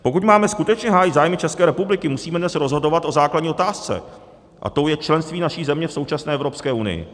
Pokud máme skutečně hájit zájmy České republiky, musíme dnes rozhodovat o základní otázce a tou je členství naší země v současné Evropské unii.